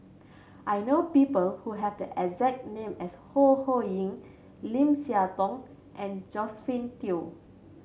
I know people who have the exact name as Ho Ho Ying Lim Siah Tong and Josephine Teo